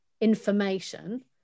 information